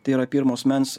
tai yra pirmo asmens